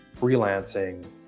freelancing